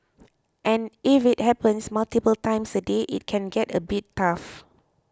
and if it happens multiple times a day it can get a bit tough